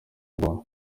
bwonko